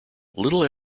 little